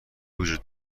وجود